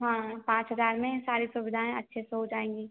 हाँ पाँच हज़ार में सारी सुविधाएँ अच्छे से हो जाएँगी